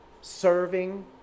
serving